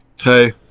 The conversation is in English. Hey